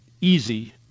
easy